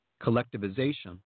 Collectivization